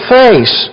face